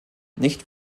nicht